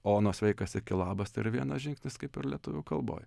o nuo sveikas iki labas tai yra vienas žingsnis kaip ir lietuvių kalboj